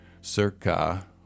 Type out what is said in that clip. Circa